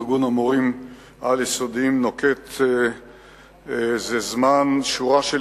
ארגון המורים העל-יסודיים נוקט זה זמן שורה של